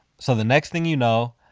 so the next thing you know,